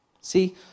see